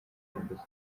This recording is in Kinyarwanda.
kirimbuzi